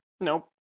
Nope